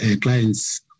clients